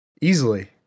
Easily